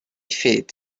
feet